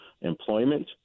employment